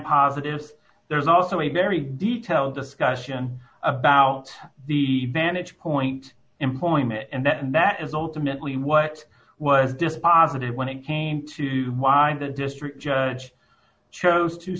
positive there's also a very detailed discussion about the vantage point employment and that and that is ultimately what was dispositive when it came to why the district judge chose t